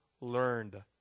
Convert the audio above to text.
learned